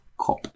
cop